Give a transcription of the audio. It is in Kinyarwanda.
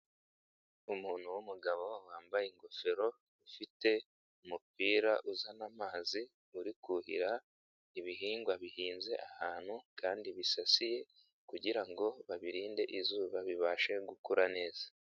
Umuntu w'umugabo wambaye ingofero ifite umupira uzana amazi uri kuhira ibihingwa bihinze ahantu kandi bisasiye kugira ngo babirinde izuba bibashe gukura neza.